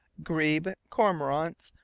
grebe, cormorants,